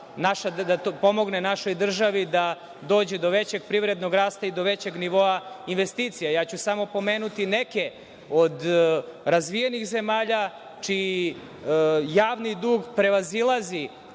da pomogne našoj državi da dođe do većeg privrednog rasta i do većeg nivoa investicija. Samo ću pomenuti neke od razvijenih zemalja, čiji javni dug prevazilazi